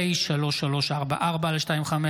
פ/3344/25,